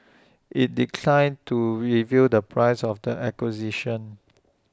IT declined to reveal the price of the acquisition